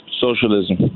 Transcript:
Socialism